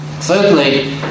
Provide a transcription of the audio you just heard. Thirdly